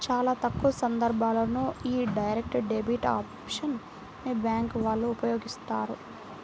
చాలా తక్కువ సందర్భాల్లోనే యీ డైరెక్ట్ డెబిట్ ఆప్షన్ ని బ్యేంకు వాళ్ళు ఉపయోగిత్తారు